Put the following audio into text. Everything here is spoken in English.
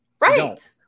Right